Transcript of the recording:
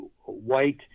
white